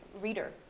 reader